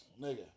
nigga